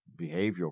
behavioral